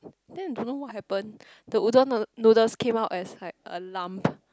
then I don't know what happen the udon noo~ noodles came out as like a lump